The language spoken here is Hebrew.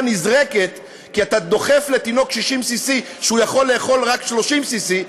נזרקת כי אתה דוחף לתינוק cc60 כשהוא יכול לאכול רק cc30,